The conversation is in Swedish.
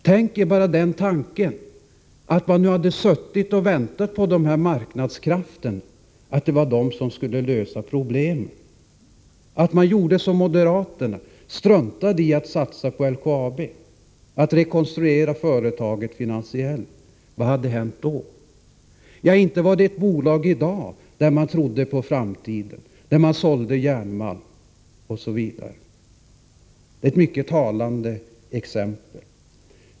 Tänk er bara tanken att man hade väntat på att marknadskrafterna skulle lösa problemen, och tänk om man gjort som moderaterna ville och struntat i att satsa på rekonstruktionen av LKAB finansiellt — vad hade hänt då? Inte skulle det i dag vara ett bolag som säljer järnmalm och där man tror på framtiden. Det är ett mycket talande exempel.